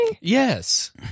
Yes